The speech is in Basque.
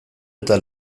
eta